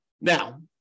Now